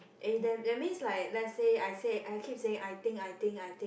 eh that that means like let's say I say I keep saying I think I think I think